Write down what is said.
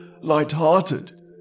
light-hearted